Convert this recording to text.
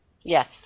Yes